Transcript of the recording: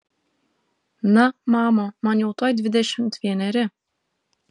na mama man jau tuoj dvidešimt vieneri